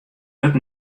wurdt